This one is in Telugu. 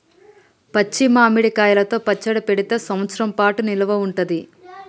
పచ్చి మామిడి కాయలతో పచ్చడి పెడితే సంవత్సరం పాటు నిల్వ ఉంటది